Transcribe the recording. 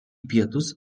pietus